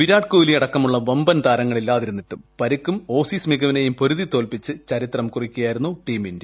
വിരാട് കോലിയടക്കമുള്ളൂ ്വമ്പൻ താരങ്ങളില്ലാതിരുന്നിട്ടും പരിക്കും ഓസീസ് മികവ്വിക്ക്യും പൊരുതിത്തോൽപിച്ച് ചരിത്രം കുറിക്കുകയായിരുന്നു ട്ടൂീഴ് ഇന്ത്യ